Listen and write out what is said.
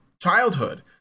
childhood